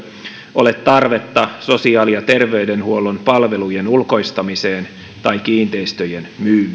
ole tarvetta sosiaali ja terveydenhuollon palvelujen ulkoistamiseen tai kiinteistöjen